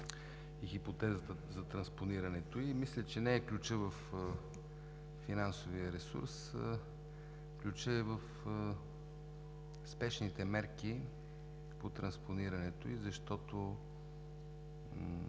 и хипотезата за транспонирането ѝ. Мисля, че ключът не е във финансовия ресурс, а в спешните мерки по транспонирането, защото